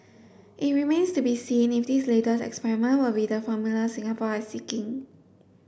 it remains to be seen if this latest experiment will be the formula Singapore is seeking